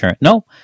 No